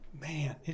man